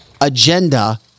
agenda